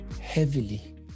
heavily